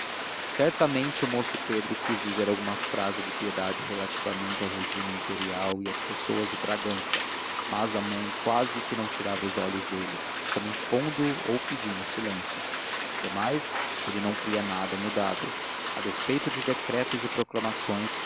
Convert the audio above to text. certamente o moço pedro quis dizer alguma frase de piedade relativamente ao regímen imperial e às pessoas de bragança mas a mãe quase que não tirava os olhos dele como impondo ou pedindo silêncio demais ele não cria nada mudado a despeito de decretos e proclamações